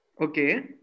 Okay